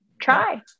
try